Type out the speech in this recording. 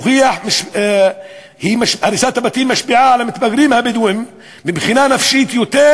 הוכיח כי הריסת הבתים משפיעה על המתבגרים הבדואים מבחינה נפשית יותר